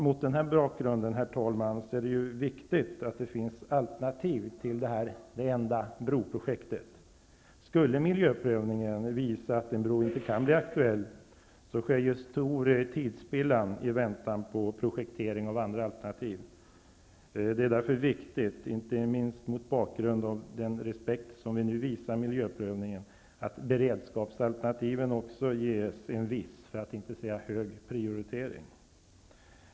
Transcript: Mot den här bakgrunden, herr talman, är det viktigt att det finns alternativ till detta enda broprojekt. Skulle miljöprövningen visa att en bro inte kan bli aktuell, sker stor tidsspillan i väntan på projektering av andra alternativ. Det är därför viktigt, inte minst mot bakgrund av den respekt som vi nu visar miljöprövningen, att beredskapsalternativen också ges en viss, för att inte säga hög, prioritering.